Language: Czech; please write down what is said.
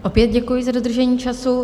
Opět děkuji za dodržení času.